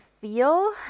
feel